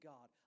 God